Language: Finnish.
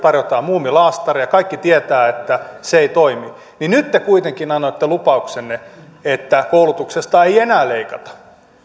muumi laastaria ja kaikki tietävät että se ei toimi niin nyt te kuitenkin annoitte lupauksenne että koulutuksesta ei enää leikata